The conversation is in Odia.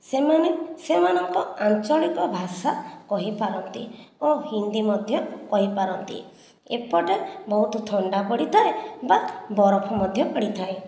ସେମାନେ ସେମାନଙ୍କ ଆଞ୍ଚଳିକ ଭାଷା କହିପାରନ୍ତି ଓ ହିନ୍ଦୀ ମଧ୍ୟ କହିପାରନ୍ତି ଏପଟେ ବହୁତ ଥଣ୍ଡା ପଡ଼ିଥାଏ ବା ବରଫ ମଧ୍ୟ ପଡ଼ିଥାଏ